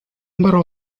number